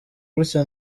gutya